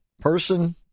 person